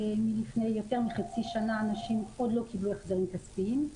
לפני יותר מחצי שנה אנשים עדין לא קיבלו החזרים כספיים.